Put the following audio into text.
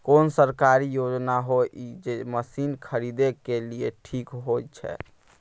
कोन सरकारी योजना होय इ जे मसीन खरीदे के लिए ठीक होय छै?